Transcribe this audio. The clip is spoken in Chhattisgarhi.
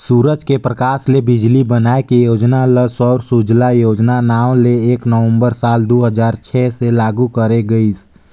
सूरज के परकास ले बिजली बनाए के योजना ल सौर सूजला योजना नांव ले एक नवंबर साल दू हजार छै से लागू करे गईस